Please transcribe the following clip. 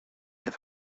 have